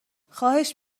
خواهش